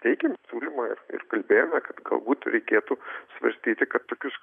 teikiam turimą ir kalbėjome kad galbūt reikėtų svarstyti kad tokius